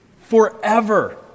Forever